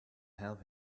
help